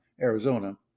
Arizona